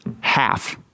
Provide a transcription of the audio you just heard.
half